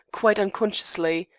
quite unconsciously.